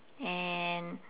and